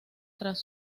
tras